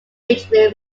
ridge